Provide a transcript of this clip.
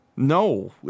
No